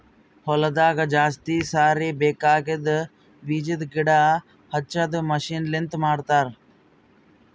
ಹೊಲದಾಗ ಜಾಸ್ತಿ ಸಾರಿ ಬೇಕಾಗದ್ ಬೀಜದ್ ಗಿಡ ಹಚ್ಚದು ಮಷೀನ್ ಲಿಂತ ಮಾಡತರ್